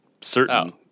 certain